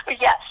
Yes